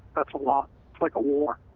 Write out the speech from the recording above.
that's a lot like a war